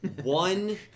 one